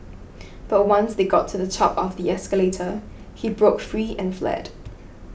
but once they got to the top of the escalator he broke free and fled